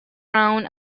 known